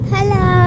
Hello